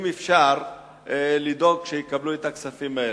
אם אפשר לדאוג שיקבלו את הכספים האלה.